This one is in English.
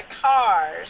Cars